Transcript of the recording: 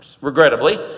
regrettably